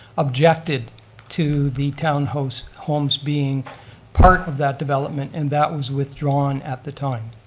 objected to the town homes homes being part of that development and that was withdrawn at the time.